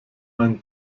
meinen